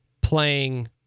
playing